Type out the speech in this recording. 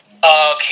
Okay